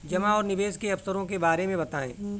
जमा और निवेश के अवसरों के बारे में बताएँ?